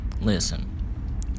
Listen